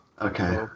Okay